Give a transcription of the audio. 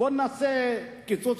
בואו ונעשה קיצוץ